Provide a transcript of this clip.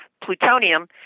plutonium